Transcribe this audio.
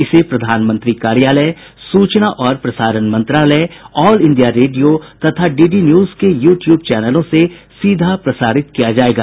इसे प्रधानमंत्री कार्यालय सूचना और प्रसारण मंत्रालय ऑल इंडिया रेडियो तथा डी डी न्यूज के यू ट्यूब चैनलों से सीधा प्रसारित किया जायेगा